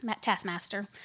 taskmaster